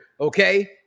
okay